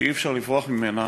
שאי-אפשר לברוח ממנה,